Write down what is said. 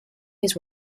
his